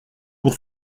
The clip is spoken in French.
pour